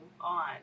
on